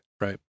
Right